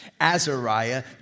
Azariah